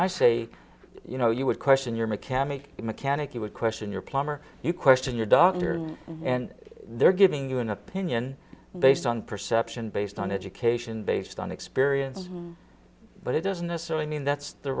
i say you know you would question your mechanic mechanic you would question your plumber you question your doctor and they're giving you an opinion based on perception based on education based on experience but it doesn't necessarily mean that's the